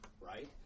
right